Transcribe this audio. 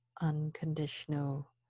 unconditional